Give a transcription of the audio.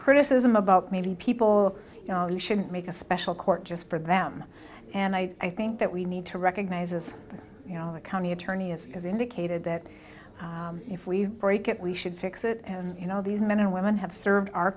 criticism about maybe people shouldn't make a special court just for them and i think that we need to recognize as you know the county attorney as has indicated that if we break it we should fix it and you know these men and women have served our